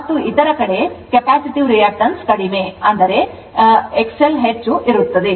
ಮತ್ತು ಇತರ ಕಡೆ ಕೆಪಾಸಿಟೆನ್ಸ್ ರಿಯಾಕ್ಟನ್ಸ್ ಕಡಿಮೆ ಆದರೆ XL ಹೆಚ್ಚು ಇರುತ್ತದೆ